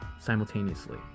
simultaneously